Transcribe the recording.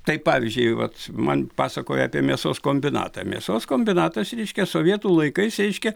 tai pavyzdžiui vat man pasakoja apie mėsos kombinatą mėsos kombinatas reiškia sovietų laikais reiškia